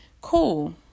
Cool